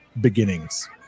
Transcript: beginnings